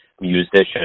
musician